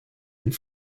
and